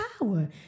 power